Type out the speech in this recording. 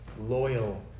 loyal